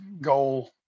goal